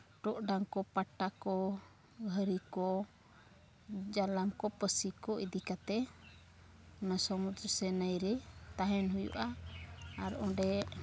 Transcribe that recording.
ᱴᱚᱜ ᱰᱟᱝᱠᱚ ᱯᱟᱴᱟ ᱠᱚ ᱜᱷᱟᱹᱨᱤ ᱠᱚ ᱡᱟᱞᱟᱢ ᱠᱚ ᱯᱟᱹᱥᱤ ᱠᱚ ᱤᱫᱤ ᱠᱟᱛᱮ ᱚᱱᱟ ᱥᱚᱢᱩᱫᱽ ᱥᱮ ᱱᱟᱹᱭᱨᱮ ᱛᱟᱦᱮᱱ ᱦᱩᱭᱩᱜᱼᱟ ᱟᱨ ᱚᱸᱰᱮ